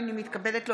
הינני מתכבדת להודיעכם,